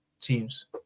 teams